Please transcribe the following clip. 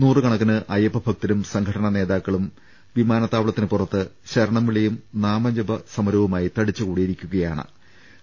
നൂറു കണ ക്കിന് അയ്യപ്പ ഭക്തരും സംഘടനാനേതാക്കളും വിമാനത്താവളത്തിനുപുറത്ത് ശരണം വിളിയും നാമജപ സമരവുമായി തടിച്ചുകൂടിയിട്ടുണ്ട്